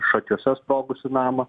šakiuose sprogusį namą